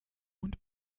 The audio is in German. und